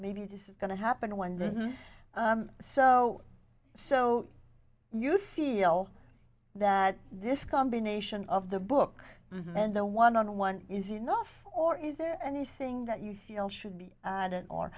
maybe this is going to happen when the so so you feel that this combination of the book and the one on one is enough or is there anything that you feel should be a